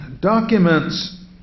documents